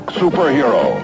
superhero